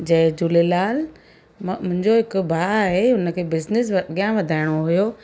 जय झूलेलाल मां मुंहिंजो हिकु भाउ आहे उन खे बिजनेस खे अॻियां वधाइणो हुयो